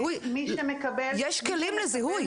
יש כלים לזיהוי.